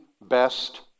best